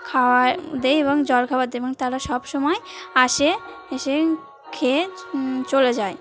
খাওয়া দিই এবং জলখাবার দিই এবং তারা সবসময় আসে এসে খেয়ে চলে যায়